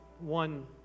one